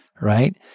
right